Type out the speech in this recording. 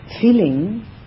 Feeling